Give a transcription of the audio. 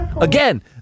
again